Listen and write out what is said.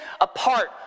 apart